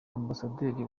ambasaderi